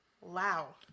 Wow